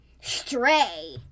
Stray